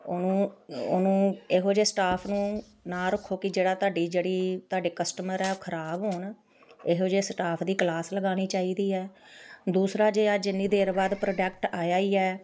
ਉਹਨੂੰ ਉਹਨੂੰ ਇਹੋ ਜਿਹੇ ਸਟਾਫ ਨੂੰ ਨਾ ਰੱਖੋ ਕਿ ਜਿਹੜਾ ਤੁਹਾਡੀ ਜਿਹੜੀ ਤੁਹਾਡੇ ਕਸਟਮਰ ਹੈ ਉਹ ਖ਼ਰਾਬ ਹੋਣ ਇਹੋ ਜਿਹੇ ਸਟਾਫ ਦੀ ਕਲਾਸ ਲਗਾਉਣੀ ਚਾਹੀਦੀ ਹੈ ਦੂਸਰਾ ਜੇ ਅੱਜ ਇੰਨੀ ਦੇਰ ਬਾਅਦ ਪ੍ਰੋਡਕਟ ਆਇਆ ਹੀ ਹੈ